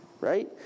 right